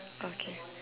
okay